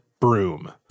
broom